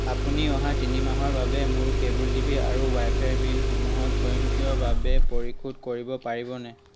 আপুনি অহা তিনি মাহৰ বাবে মোৰ কেব'ল টিভি আৰু ৱাইফাইৰ বিলসমূহ স্বয়ংক্ৰিয়ভাৱে পৰিশোধ কৰিব পাৰিবনে